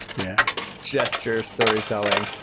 yeah gesture, storytelling.